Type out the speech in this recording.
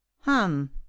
Hum